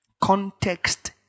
Context